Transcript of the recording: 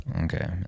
Okay